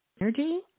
energy